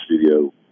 studio